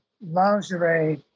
lingerie